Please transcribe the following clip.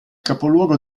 capoluogo